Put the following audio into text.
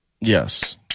Yes